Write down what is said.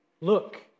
look